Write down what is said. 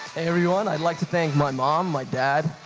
everyone, i'd like to thank my mom, my dad,